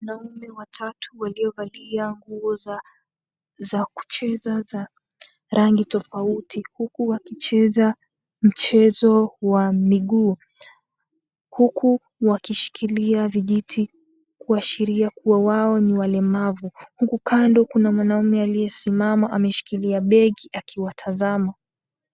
Wanaume watatu waliovalia nguo za kucheza za rangi tofauti huku wakicheza mchezo wa miguu huku wakishikilia vijiti kuashiria kua wao ni walemavu, huku kando kuna mwanaume aliyesimama ameshika begi akiwatazama.